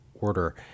order